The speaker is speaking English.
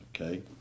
okay